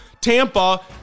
Tampa